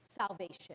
salvation